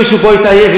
ואם מישהו פה התעייף,